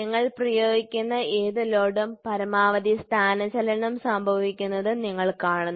നിങ്ങൾ പ്രയോഗിക്കുന്ന ഏത് ലോഡും പരമാവധി സ്ഥാനചലനം സംഭവിക്കുന്നത് നിങ്ങൾ കാണുന്നു